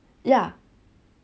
ya